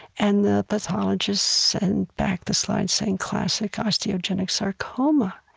and the pathologists sent back the slides saying classic osteogenic sarcoma.